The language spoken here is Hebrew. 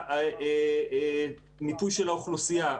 מיפוי של האוכלוסייה,